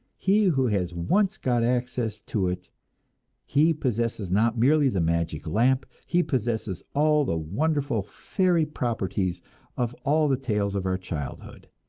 he who has once got access to it he possesses not merely the magic lamp, he possesses all the wonderful fairy properties of all the tales of our childhood.